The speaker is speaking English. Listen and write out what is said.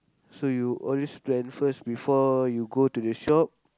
so you always plan first before you go to the shop